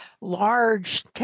large